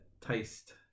Taste